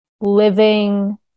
living